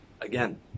Again